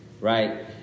right